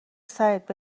سرت